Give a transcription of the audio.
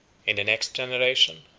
in the next generation,